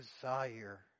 desire